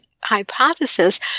hypothesis